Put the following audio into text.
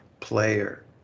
player